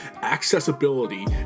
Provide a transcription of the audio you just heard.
Accessibility